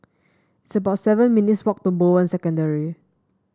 it's about seven minutes' walk to Bowen Secondary